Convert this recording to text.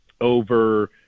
over